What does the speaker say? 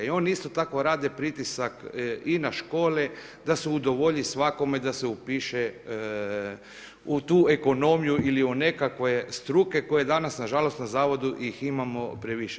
I oni isto tako rade pritisak i na škole da se udovolji svakome da se upiše u tu ekonomiju ili u nekakve struke koje danas na žalost na zavodu ih imamo previše.